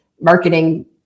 marketing